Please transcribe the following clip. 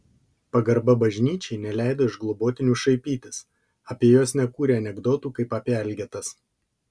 pagarba bažnyčiai neleido iš globotinių šaipytis apie juos nekūrė anekdotų kaip apie elgetas